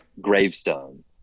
gravestone